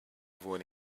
avoid